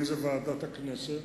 אם בוועדת הכנסת,